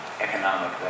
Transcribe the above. economic